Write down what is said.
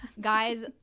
guys